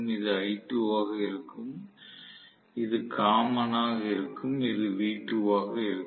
இது I2ஆக இருக்கும் இது காமன் ஆக இருக்கும் இது V2 ஆக இருக்கும்